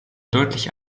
deutlich